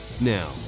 Now